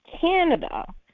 Canada